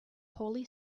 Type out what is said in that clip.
holy